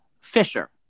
Fisher